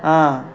ఆ